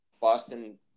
Boston